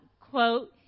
quote